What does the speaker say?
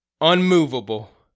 unmovable